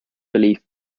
belief